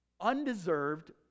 undeserved